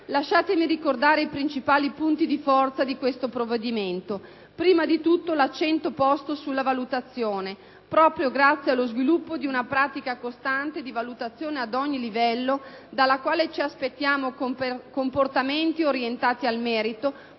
Lasciatemi ricordare i principali punti di forza di questo provvedimento. Prima di tutto, l'accento posto sulla valutazione. Proprio grazie allo sviluppo di una pratica costante di valutazione ad ogni livello, dalla quale ci aspettiamo comportamenti orientati al merito,